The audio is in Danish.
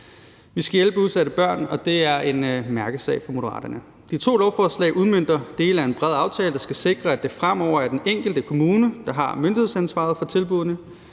Vi skal hjælpe udsatte børn, og det er en mærkesag for Moderaterne. De to lovforslag udmønter dele af en bred aftale, der skal sikre, at det fremover er den enkelte kommune, der har myndighedsansvaret for tilbuddene,